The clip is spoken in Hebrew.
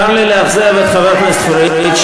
צר לי לאכזב את חבר הכנסת פריג',